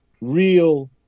real